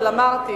אבל אמרתי